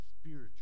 spiritual